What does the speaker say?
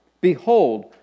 Behold